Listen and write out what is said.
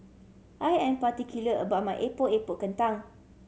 I am particular about my Epok Epok Kentang